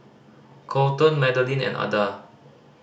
Kolton Madelyn and Ada